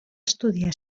estudiar